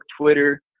Twitter